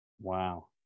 Wow